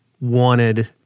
wanted